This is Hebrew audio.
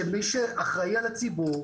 שמי שאחראי על הציבור,